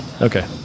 Okay